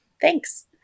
Thanks